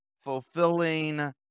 fulfilling